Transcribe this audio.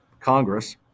Congress